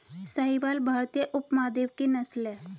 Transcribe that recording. साहीवाल भारतीय उपमहाद्वीप की नस्ल है